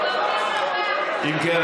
אם כן,